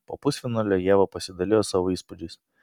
po pusfinalio ieva pasidalijo savo įspūdžiais